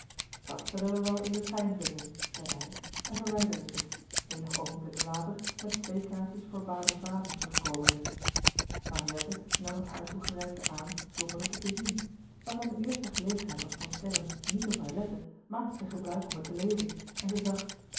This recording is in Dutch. dat zullen wij wel in den trein vinden zeide hij en verwijderde zich eenige oogenblikken later met twee kaartjes voor baden-baden terugkomende gerard keller het testament van mevrouw de tonnette henriette nam het haar toegereikte aan zonder het te bezien maar van de eerste gelegenheid dat van sterren niet op haar lette maakte zij gebruik om het te lezen en zij zag